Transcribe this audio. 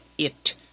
It